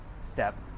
step